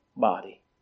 body